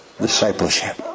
discipleship